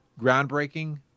groundbreaking